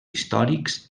històrics